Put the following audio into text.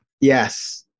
Yes